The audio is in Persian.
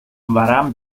ورم